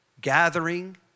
gathering